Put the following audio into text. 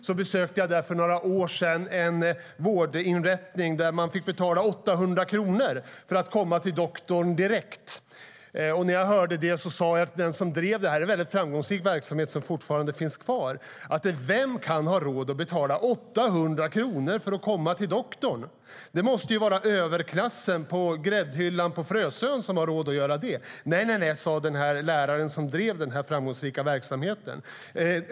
Där besökte jag för några år sedan en vårdinrättning där man fick betala 800 kronor för att komma till doktorn direkt. Nej, nej, sa läkaren som drev den här framgångsrika verksamheten.